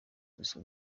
iki